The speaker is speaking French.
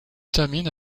termine